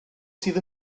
sydd